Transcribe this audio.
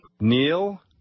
Neil